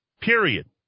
Period